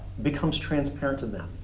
becomes transparent to them,